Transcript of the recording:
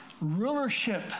rulership